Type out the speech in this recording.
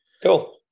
Cool